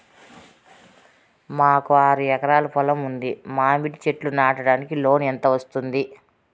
మాకు ఆరు ఎకరాలు పొలం ఉంది, మామిడి చెట్లు నాటడానికి లోను ఎంత వస్తుంది?